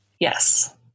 Yes